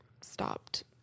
stopped